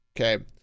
okay